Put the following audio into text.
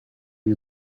you